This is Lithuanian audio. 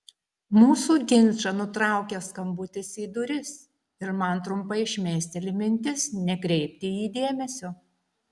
mūsų ginčą nutraukia skambutis į duris ir man trumpai šmėsteli mintis nekreipti į jį dėmesio